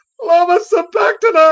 lama sabachthani?